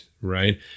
right